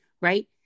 right